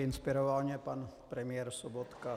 Inspiroval mě pan premiér Sobotka.